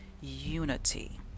unity